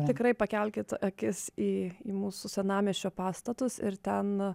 tikrai pakelkit akis į į mūsų senamiesčio pastatus ir ten